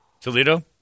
Toledo